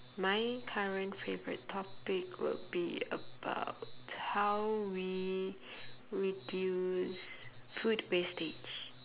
my current favourite topic would be about how we reduce food wastage